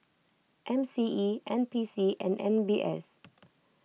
M C E N P C and M B S